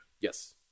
Yes